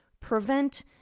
prevent